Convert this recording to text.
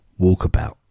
Walkabout